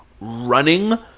running